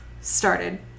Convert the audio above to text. started